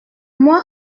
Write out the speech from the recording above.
moi